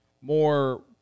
more –